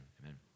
amen